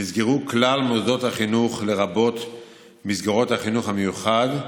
נסגרו כלל מוסדות החינוך לרבות מסגרות החינוך המיוחד.